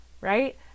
right